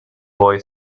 boy